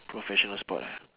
professional sport ah